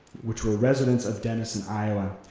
which were residents of denison, iowa,